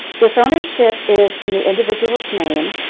if ownership is in the individual's name,